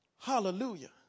Hallelujah